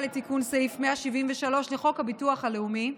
לתיקון סעיף 173 לחוק הביטוח הלאומי,